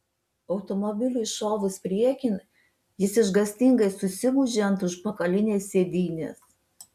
automobiliui šovus priekin jis išgąstingai susigūžė ant užpakalinės sėdynės